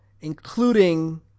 including